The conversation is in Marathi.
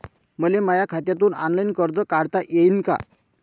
मले माया खात्यातून ऑनलाईन कर्ज काढता येईन का?